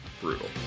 brutal